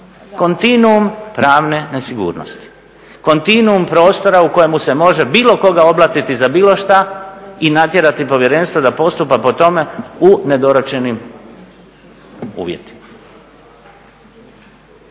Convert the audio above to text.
Kontinuum pravne nesigurnosti, kontinuum prostora u kojemu se može bilo koga oblatiti za bilo šta i natjerati povjerenstvo da postupa po tome u nedorečenim uvjetima.